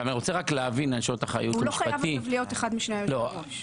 הוא לא חייב אגב להיות אחד משני היושב-ראש.